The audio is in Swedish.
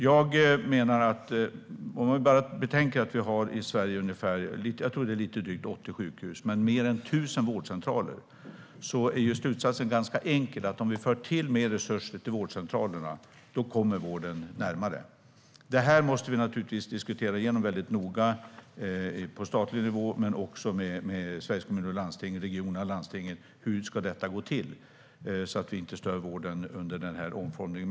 Jag menar att om vi betänker att vi i Sverige har lite drygt 80 sjukhus men mer än 1 000 vårdcentraler är slutsatsen ganska enkel: Om vi tillför mer resurser till vårdcentralerna kommer vården närmare. Vi måste naturligtvis diskutera noga på statlig nivå men också med Sveriges Kommuner och Landsting, regionerna och landstingen hur detta ska gå till så att vi inte stör vården under denna omformning.